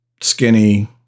skinny